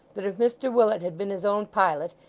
that if mr willet had been his own pilot,